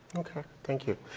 okay, thank you.